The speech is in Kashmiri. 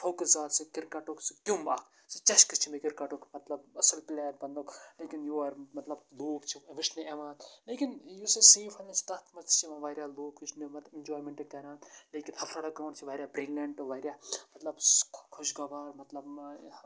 فوکَس زیادٕ سُہ کِرکَٹُک سُہ کیوٚم اکھ سُہ چَشکہٕ چھُ مےٚ کِرکَٹُک مَطلَب اصل پٕلیر بَننُک لیکِن یور مَطلب لُکھ چھِ وٕچھنہٕ یِوان لیکِن یُس اَسہِ سیمی فاینل چھِ تَتھ مَنٛز تہِ چھِ یِوان واریاہ لُکھ وٕچھنہٕ مَطلب اِنجایمنٹ کَران لیکِن چھِ واریاہ برٛیلیٚنٛٹ واریاہ مَطلَب سُہ خۄش گوار مَطلَب